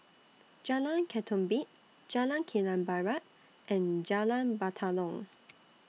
Jalan Ketumbit Jalan Kilang Barat and Jalan Batalong